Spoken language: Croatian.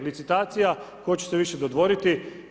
Licitacija tko će se više dodvoriti.